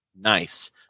Nice